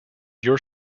your